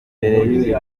y’uri